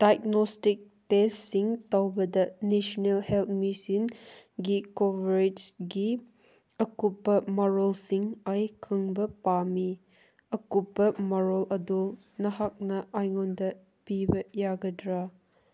diagnostic ꯇꯦꯁꯁꯤꯡ ꯇꯧꯕꯗ national health ꯃꯤꯁꯟꯒꯤ ꯀꯣꯕꯔꯦꯖꯒꯤ ꯑꯀꯨꯞꯄ ꯃꯔꯣꯜꯁꯤꯡ ꯑꯩ ꯈꯪꯕ ꯄꯥꯝꯃꯤ ꯑꯀꯨꯞꯄ ꯃꯔꯣꯜ ꯑꯗꯨ ꯅꯍꯥꯛꯅ ꯑꯩꯉꯣꯟꯗ ꯄꯤꯕ ꯌꯥꯒꯗ꯭ꯔꯥ